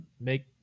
make